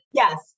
yes